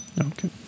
Okay